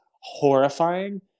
horrifying